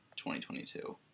2022